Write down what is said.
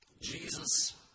Jesus